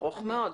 ארוך מאוד.